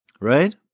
Right